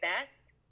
best